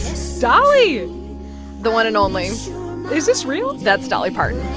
so dolly the one and only is this real? that's dolly parton.